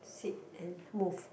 sit and move